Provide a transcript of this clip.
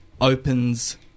opens